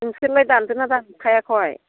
नोंसोरलाय दान्दों ना दानखायाखै